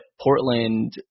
Portland